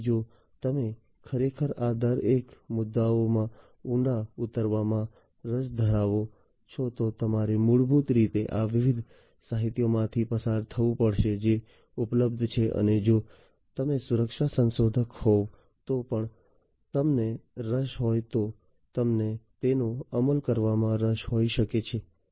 તેથી જો તમે ખરેખર આ દરેક મુદ્દાઓમાં ઊંડા ઉતરવામાં રસ ધરાવો છો તો તમારે મૂળભૂત રીતે આ વિવિધ સાહિત્યોમાંથી પસાર થવું પડશે જે ઉપલબ્ધ છે અને જો તમે સુરક્ષા સંશોધક હોવ તો પણ તમને રસ હોય તો તમને તેનો અમલ કરવામાં રસ હોઈ શકે છે